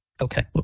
Okay